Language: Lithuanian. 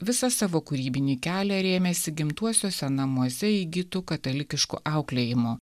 visą savo kūrybinį kelią rėmėsi gimtuosiuose namuose įgytu katalikišku auklėjimu